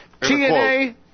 TNA